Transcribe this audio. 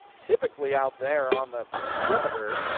typically out there on the perimeter,